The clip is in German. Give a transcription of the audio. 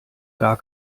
gar